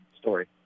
story